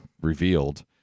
revealed